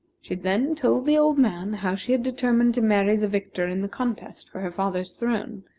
she then told the old man how she had determined to marry the victor in the contest for her father's throne,